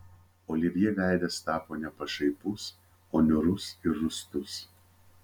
olivjė veidas tapo ne pašaipus o niūrus ir rūstus